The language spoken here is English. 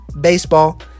Baseball